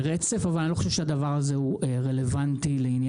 אבל אני לא חושב שהדבר הזה הוא רלוונטי לעניין